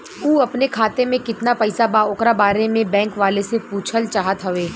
उ अपने खाते में कितना पैसा बा ओकरा बारे में बैंक वालें से पुछल चाहत हवे?